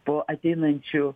po ateinančių